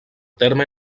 terme